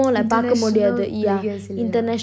international players இல்லையா:illaya